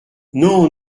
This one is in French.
non